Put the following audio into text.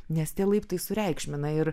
nes tie laiptai sureikšmina ir